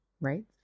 right